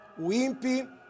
Wimpy